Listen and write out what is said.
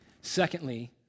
Secondly